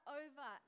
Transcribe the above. over